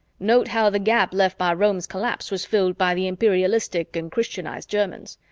note how the gap left by rome's collapse was filled by the imperialistic and christianized germans.